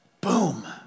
Boom